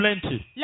plenty